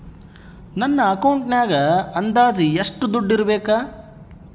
ನನ್ನ ಅಕೌಂಟಿನಾಗ ಅಂದಾಜು ಎಷ್ಟು ದುಡ್ಡು ಇಡಬೇಕಾ?